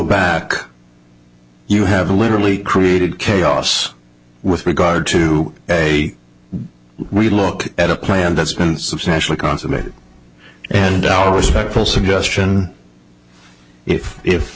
back you have literally created chaos with regard to a we look at a plan that's been substantially consummated and our spectral suggestion if if